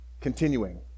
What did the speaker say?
continuing